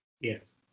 Yes